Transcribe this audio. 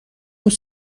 روز